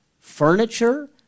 furniture